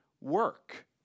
work